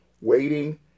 Waiting